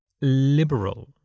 liberal